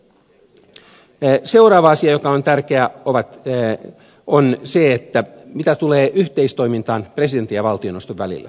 seuraava asia joka on tärkeä on se mitä tulee yhteistoimintaan presidentin ja valtioneuvoston välillä